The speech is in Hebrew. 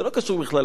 זה לא קשור בכלל,